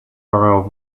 borough